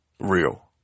real